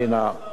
אדוני סגן השר,